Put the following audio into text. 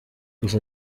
gusa